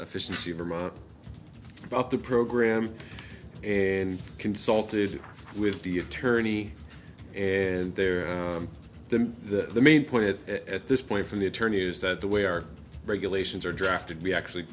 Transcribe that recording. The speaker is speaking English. efficiency vermont about the program and consulted with the attorney and their them the main point it at this point from the attorney is that the way our regulations are drafted we actually